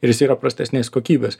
ir jis yra prastesnės kokybės